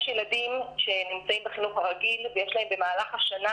יש ילדים שנמצאים בחינוך הרגיל ויש להם במהלך השנה